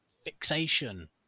fixation